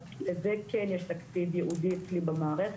אז לזה כן יש תקציב ייעודי במערכת,